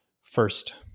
first